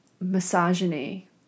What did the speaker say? misogyny